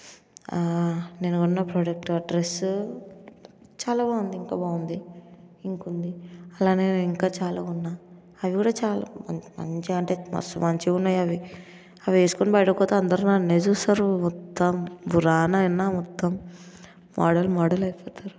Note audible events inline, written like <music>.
నేను కొన్న product address చాలా బాగుంది ఇంకా బాగుంది ఇంకా ఉంది అలానే ఇంకా చాలా కొన్న అవి కూడా చాలా మంచి మంచిగంటే మస్తు మంచిగున్నాయి అవి అవి వేస్కొని బయటికి పోతే అందరు నన్నే చూస్తారు మొత్తం <unintelligible> ఆయన మొత్తం మోడల్ మోడల్ అయిపోతారు